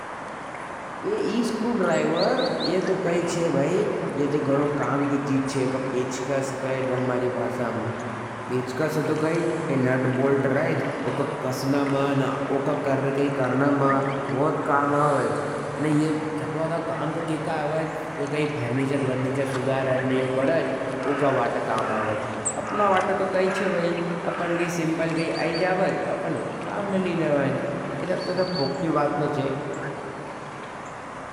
ये screw driver यह तो कई छे हे भाई घणो काम की चीज छे। पेचकस हमारी भासा में। पेचकस का नट बोल्ट कसने मा, ओ का करने मा बहुत काम आवाच। यो कही फर्नीचर वार्निचर को सुधारत, ओ के काम आवत। अपने वाट तो कई छे भई, अपन सिंपल ते आयी जावा। अपन ओ को काम में ले ला वट। ये सब तो फोकती बात छे।